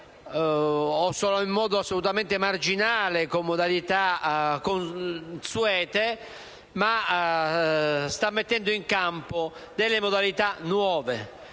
solo in modo assolutamente marginale e con modalità consuete, ma sta mettendo in campo modalità nuove;